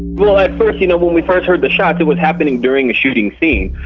well, at first you know when we first heard the shots it was happening during a shooting scene.